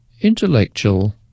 intellectual